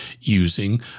using